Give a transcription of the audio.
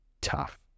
tough